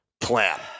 plan